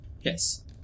Yes